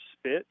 spit